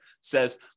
says